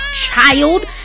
child